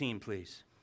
please